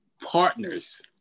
partners